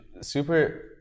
super